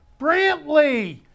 Brantley